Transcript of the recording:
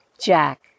Jack